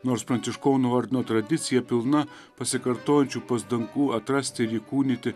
nors pranciškonų ordino tradicija pilna pasikartojančių pastangų atrasti ir įkūnyti